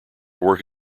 work